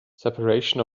separation